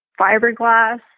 fiberglass